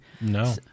No